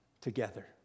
together